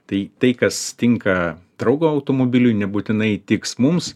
tai tai kas tinka draugo automobiliui nebūtinai tiks mums